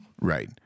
Right